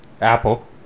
Apple